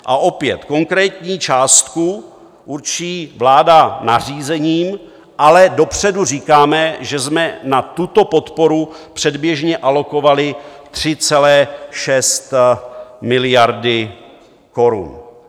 A opět konkrétní částku určí vláda nařízením, ale dopředu říkáme, že jsme na tuto podporu předběžně alokovali 3,6 miliardy korun.